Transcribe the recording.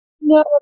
No